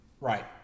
Right